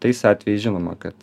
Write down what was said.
tais atvejais žinoma kad